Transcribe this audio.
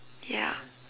ya